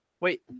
Wait